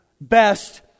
best